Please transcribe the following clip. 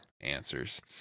answers